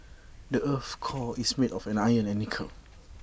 the Earth's core is made of iron and nickel